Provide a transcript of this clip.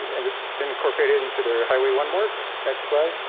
and it's been incorporated into their highway one mark. next slide.